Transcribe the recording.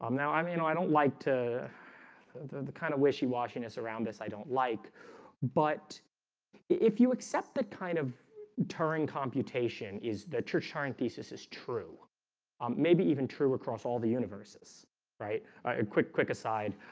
um now i'm you know, i don't like the the kind of wishy-washy us around this. i don't like but if you accept the kind of turing computation is the church-turing. thesis is true um maybe even true across all the universes right a quick quick aside